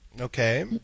okay